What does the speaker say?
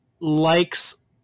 likes